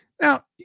Now